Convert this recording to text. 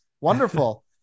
Wonderful